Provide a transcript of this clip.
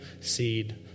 seed